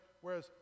whereas